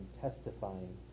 testifying